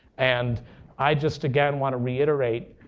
and i just, again, want to reiterate